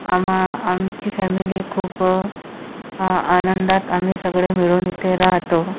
आम्हा आमची फॅमिली खूप आनंदात आम्ही सगळे मिळून येथे राहतो